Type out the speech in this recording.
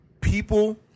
people